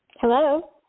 Hello